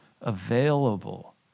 available